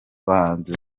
bahanzi